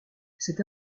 cette